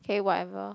K whatever